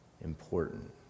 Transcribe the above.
important